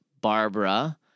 Barbara